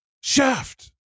Shaft